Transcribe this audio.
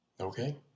Okay